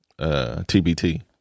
TBT